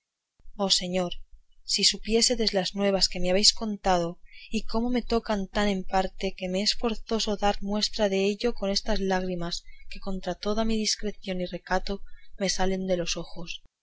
oh señor si supiésedes las nuevas que me habéis contado y cómo me tocan tan en parte que me es forzoso dar muestras dello con estas lágrimas que contra toda mi discreción y recato me salen por los ojos